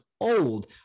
old